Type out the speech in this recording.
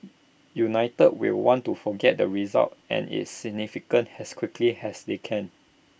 united will want to forget the result and its significance has quickly has they can